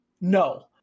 No